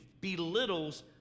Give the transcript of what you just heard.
belittles